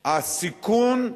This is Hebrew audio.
הסיכון,